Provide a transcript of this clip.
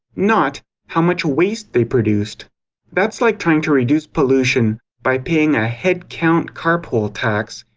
not how much waste they produced that's like trying to reduce pollution by paying a head-count carpool tax,